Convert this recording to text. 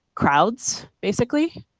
crowds, basically.